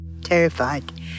Terrified